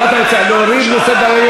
מה אתה מציע, להוריד מסדר-היום?